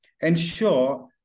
ensure